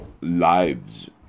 lives